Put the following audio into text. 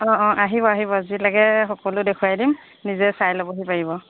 অ' অ' আহিব আহিব যি লাগে সকলো দেখুৱাই দিম নিজে চাই ল'বহি পাৰিব